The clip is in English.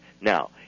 Now